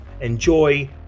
Enjoy